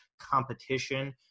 competition